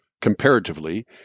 Comparatively